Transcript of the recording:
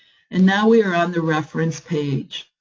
and now we are on the reference page.